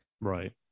Right